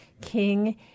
King